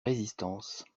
résistance